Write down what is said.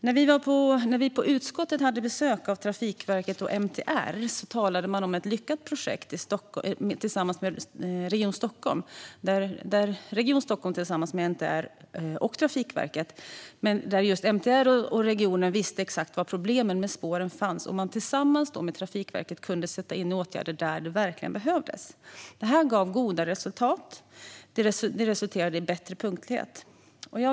När vi i utskottet hade besök av Trafikverket och MTR talade man om ett lyckat projekt i Region Stockholm där MTR och regionen, som visste exakt var problemen med spåren fanns, tillsammans med Trafikverket kunde sätta in åtgärder där det verkligen behövdes. Det här gav goda resultat. Det resulterade i bättre punktlighet.